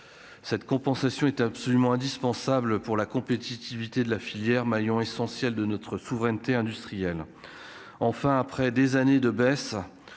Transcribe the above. cette compensation est absolument indispensable pour la compétitivité de la filière, maillon essentiel de notre souveraineté industrielle enfin après des années de baisse,